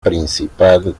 principal